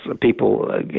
people